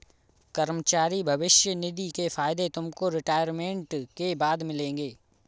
कर्मचारी भविष्य निधि के फायदे तुमको रिटायरमेंट के बाद मिलेंगे